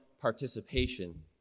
participation